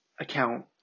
account